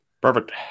Perfect